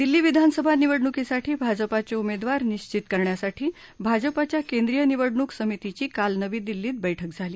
दिल्ली विधानसभा निवडणुकीसाठी भाजपाचे उमेदवार निश्वित करण्यासाठी भाजपाच्या केंद्रीय निवडणुक समितीची काल नवी दिल्लीत बैठक झाली